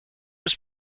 was